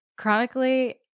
chronically